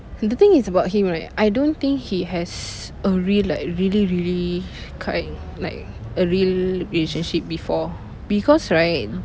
the thing is about him right I don't think he has a real like really really correct like a real relationship before because right